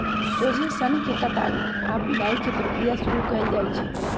सोझे सन्न के कताई आऽ बुनाई के प्रक्रिया शुरू कएल जाइ छइ